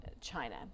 China